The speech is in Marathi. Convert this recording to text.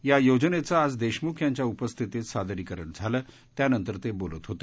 या योजनेचं आज देशमुख यांच्या उपस्थितीत सादरीकरण झालं त्यानंतर ते बोलत होते